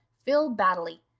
phil. baddely.